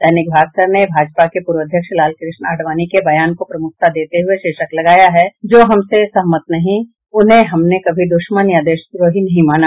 दैनिक भास्कर ने भाजपा के पूर्व अध्यक्ष लाल कृष्ण आडवाणी के बयान को प्रमुखता देते हुए शीर्षक लगाया है जो हमसे सहमत नहीं उन्हें हमने कभी दुश्मन या देशद्रोही नहीं माना